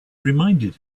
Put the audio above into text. reminded